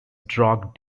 drug